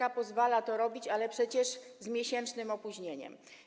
JPK pozwala to robić, ale przecież z miesięcznym opóźnieniem.